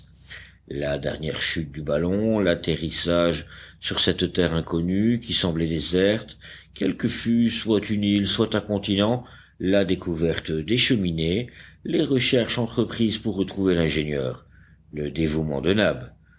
la dernière chute du ballon l'atterrissage sur cette terre inconnue qui semblait déserte quelle qu'elle fût soit une île soit un continent la découverte des cheminées les recherches entreprises pour retrouver l'ingénieur le dévouement de